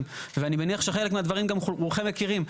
ואני מניח שחלק מהדברים גם רובכם מכירים.